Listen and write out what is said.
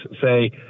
say